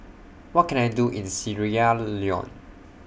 What Can I Do in Sierra Leone